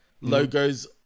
logos